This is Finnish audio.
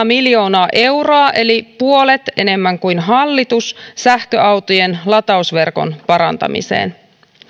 miljoonaa euroa eli puolet enemmän kuin hallitus sähköautojen latausverkon parantamiseen